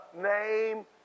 name